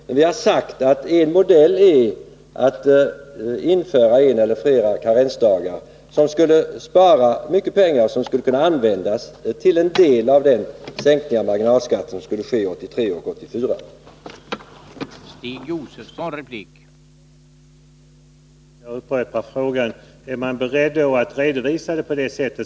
Men vi har sagt att en modell för finansiering är att införa en eller flera karensdagar, vilket skulle spara mycket pengar och skulle kunna användas till en del av finansieringen av den marginalskattesänkning som sker 1983 och 1984.